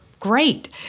great